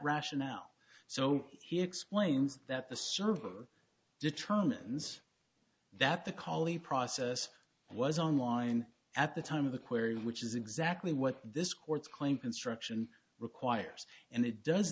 rationale so he explains that the server determines that the kali process was online at the time of the query which is exactly what this court's claim construction requires and it does